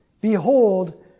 Behold